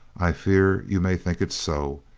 i fear you may think it so,